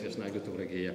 viešnagių tauragėje